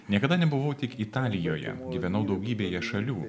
niekada nebuvau tik italijoje gyvenau daugybėje šalių